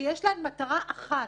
שיש להן מטרה אחת,